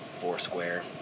foursquare